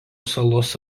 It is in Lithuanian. salos